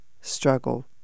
struggle